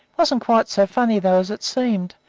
wasn't quite so funny, though, as it seemed,